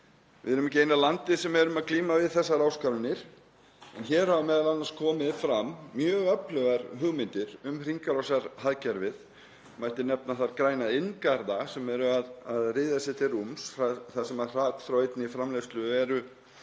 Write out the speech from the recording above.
Við erum ekki eina landið sem glímir við þessar áskoranir en hér hafa m.a. komið fram mjög öflugar hugmyndir um hringrásarhagkerfið. Mætti nefna þar græna iðngarða sem eru að ryðja sér til rúms þar sem hrat frá einni framleiðslu er